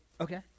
Okay